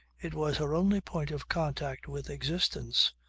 it was her only point of contact with existence.